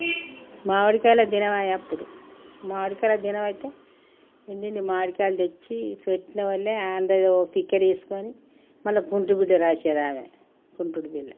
మావిడి కాయలు తినవా అప్పుడు మావిడి కాయలు తినవా అయితే ఇన్నిన్ని మావిడి కాయలు తెచ్చి పెట్టిన వాళ్ళే అందులోనే ఒక పిక్క తీసుకుని మళ్ళీ పుంటు బుట్ట రాసేది ఆమె కుంటుడు బిళ్ళ